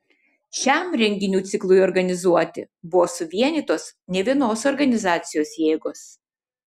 šiam renginių ciklui organizuoti buvo suvienytos nevienos organizacijos jėgos